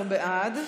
14 בעד,